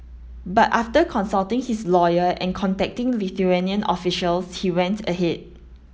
but after consulting his lawyer and contacting Lithuanian officials he went ahead